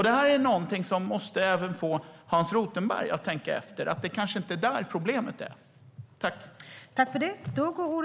Det är någonting som måste få även Hans Rothenberg att tänka efter och fråga sig: Det kanske inte är där problemet ligger?